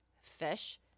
fish